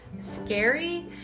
scary